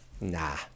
Nah